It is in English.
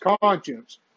conscience